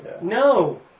No